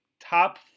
top